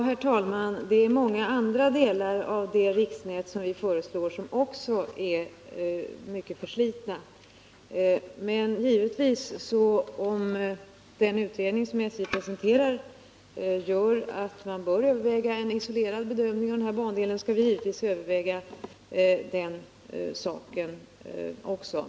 Herr talman! Också många andra delar av det av oss föreslagna riksnätet är starkt förslitna. Men om den utredning som SJ presenterar medför att man måste göra en isolerad bedömning av denna bandel, skall vi givetvis överväga också detta.